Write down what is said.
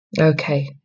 Okay